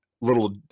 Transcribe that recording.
little